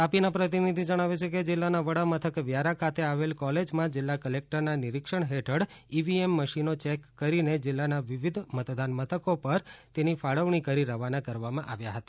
તાપીના પ્રતિનિધિ જણાવે છે કે જિલ્લાના વડા મથક વ્યારા ખાતે આવેલ કોલેજમાં જિલ્લા કલેકટરના નિરીક્ષણ હેઠળ ઈવીએમ મશીનો ચેક કરીને જિલ્લાના વિવિધ મતદાન મથકો પર તેની ફાળવણી કરી રવાના કરવામાં આવ્યા હતા